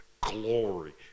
glory